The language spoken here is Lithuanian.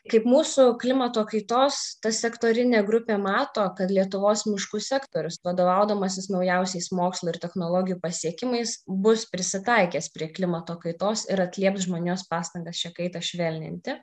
kaip mūsų klimato kaitos ta sektorinė grupė mato kad lietuvos miškų sektorius vadovaudamasis naujausiais mokslo ir technologijų pasiekimais bus prisitaikęs prie klimato kaitos ir atlieps žmonijos pastangas šią kaitą švelninti